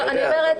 אני יודע,